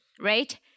Right